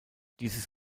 dieses